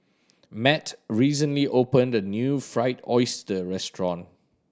Matt recently opened a new Fried Oyster restaurant